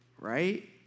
right